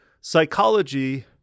Psychology